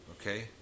Okay